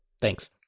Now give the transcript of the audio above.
thanks